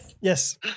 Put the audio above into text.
Yes